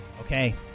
Okay